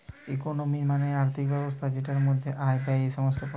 economy মানে আর্থিক ব্যবস্থা যেটার মধ্যে আয়, ব্যয়ে সমস্ত পড়ে